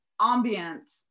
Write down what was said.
ambient